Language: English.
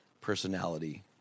personality